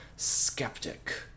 Skeptic